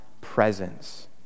presence